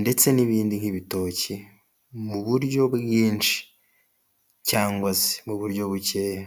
ndetse n'ibindi nk'ibitoki mu buryo bwinshi cyangwa se mu buryo bukeya.